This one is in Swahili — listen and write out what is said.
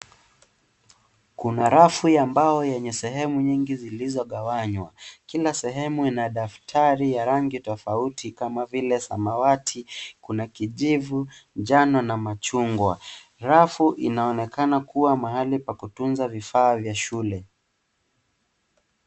Kuna rafu ya mbao yenye sehemu nyingi zilizogawanywa , kila sehemu ina daftari ya rangi tofauti kama vile samawati kuna kijivu njano na machungwa. Rafu inaonekana kuwa mahali pa kutunza vifaa vya shule.